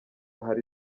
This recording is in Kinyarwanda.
hari